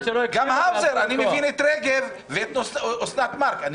אני מבין את רגב ואת אוסנת מארק אני